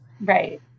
Right